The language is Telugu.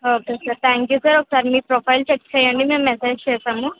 okay sir thank you sir ఒకసారి మీ ప్రొఫైల్ చెక్ చేయండి మేము మెసేజ్ చేశాము